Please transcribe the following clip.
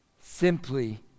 simply